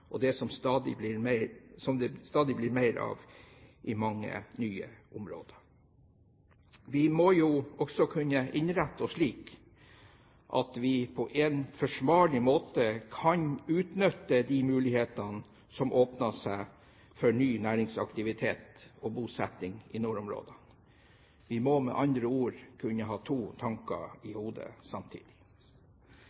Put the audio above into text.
og som det stadig blir mer av i mange nye områder. Vi må jo også kunne innrette oss slik at vi på en forsvarlig måte kan utnytte de mulighetene som åpner seg for ny næringsaktivitet og bosetting i nordområdene. Vi må med andre ord kunne ha to tanker i